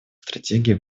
стратегий